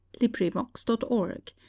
LibriVox.org